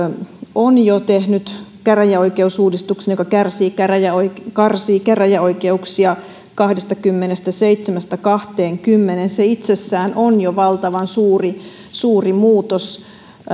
on jo tehnyt käräjäoikeusuudistuksen joka karsii käräjäoikeuksia karsii käräjäoikeuksia kahdestakymmenestäseitsemästä kahteenkymmeneen se itsessään on jo valtavan suuri suuri muutos